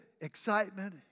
excitement